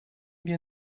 wir